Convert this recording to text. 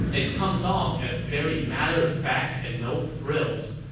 it comes off as very matter-of-fact and no-frills.